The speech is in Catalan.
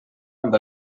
amb